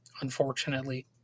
unfortunately